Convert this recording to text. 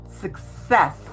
success